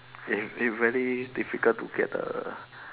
it's it's very difficult to get the